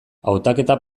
hautaketa